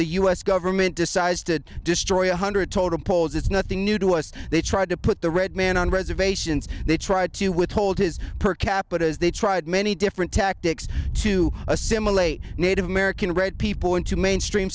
the u s government decides to destroy one hundred totem poles it's nothing new to us they tried to put the red man on reservations they tried to withhold his per capita as they tried many different tactics to assimilate native american red people into mainstream